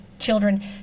children